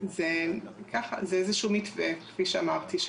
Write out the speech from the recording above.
זה איזשהו מתווה כפי שאמרתי,